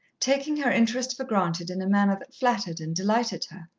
taking her interest for granted in a manner that flattered and delighted her.